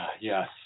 Yes